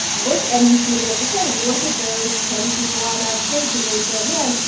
look and he's going to be able to say, look at those ten people on that stage who raised their hands.